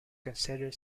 consider